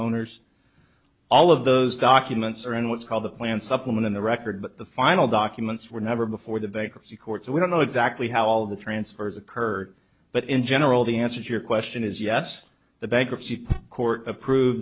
owners all of those documents are in what's called the plan supplement in the record but the final documents were never before the bankruptcy court so we don't know exactly how all of the transfers occurred but in general the answer to your question is yes the bankruptcy court approved